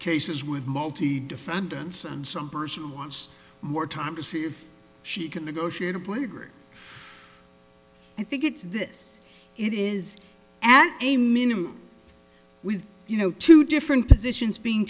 cases with multi defendants and some person wants more time to see if she can negotiate a plea agree i think it's this it is at a minimum with you know two different positions being